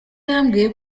yambwiye